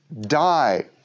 die